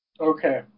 Okay